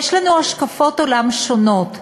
יש לנו השקפות עולם שונות,